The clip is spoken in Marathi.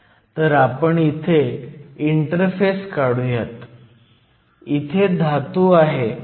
आपण बिल्ट इन पोटेन्शियलच्या kTeln NANDni2 सूत्राकडे परत गेल्यास